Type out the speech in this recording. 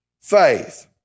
faith